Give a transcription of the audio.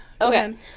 Okay